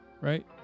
right